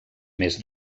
més